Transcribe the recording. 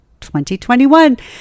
2021